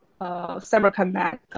CyberConnect